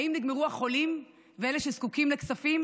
האם נגמרו החולים ואלה שזקוקים לכספים?